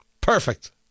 Perfect